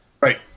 Right